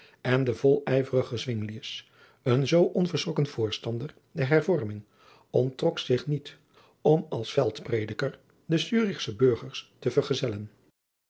en de volijverige zwinglius een zoo onverschrokken voorstander der hervorming onttrok zich niet om als veldprediker de zurichsche burgers te vergezellen